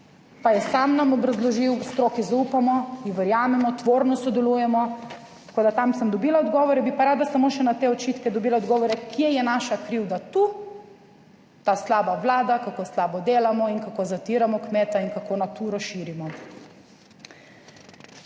pa je sam nam obrazložil. Stroki zaupamo, ji verjamemo, tvorno sodelujemo, tako da tam sem dobila odgovore. Bi pa rada samo še na te očitke dobila odgovore, kje je naša krivda tu, ta slaba Vlada, kako slabo delamo in kako zatiramo kmeta in kako Naturo širimo.